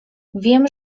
wiem